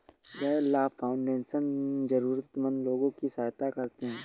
गैर लाभ फाउंडेशन जरूरतमन्द लोगों की सहायता करते हैं